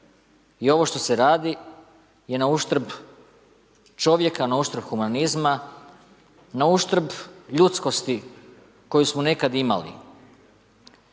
I ovo što se radi je na uštrb čovjeka, na uštrb humanzima, na uštrb ljudskosti koju smo nekad imali.